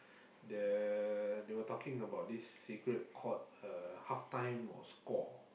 the they were talking about this cigarette called halftime or score